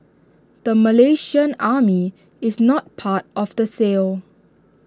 the Malaysian army is not part of the sale